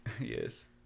Yes